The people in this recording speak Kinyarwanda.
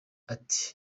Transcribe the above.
ati